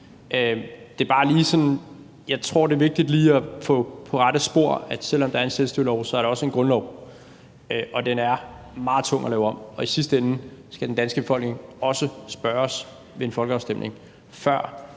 lige, det er vigtigt at få gjort det klart, at selv om der er en selvstyrelov, er der også en grundlov, og den er meget tung at lave om, og i sidste ende skal den danske befolkning også spørges ved en folkeafstemning, før